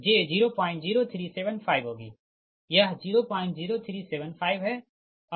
यह j 00375 है और यह j 003125 है